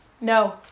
No